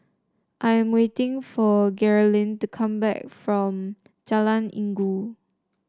I am waiting for Geralyn to come back from Jalan Inggu